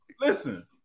Listen